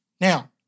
Now